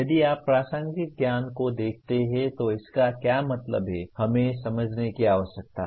यदि आप प्रासंगिक ज्ञान को देखते हैं तो इसका क्या मतलब है हमें समझने की आवश्यकता है